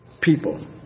people